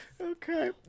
okay